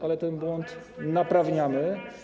Ale ten błąd naprawiamy.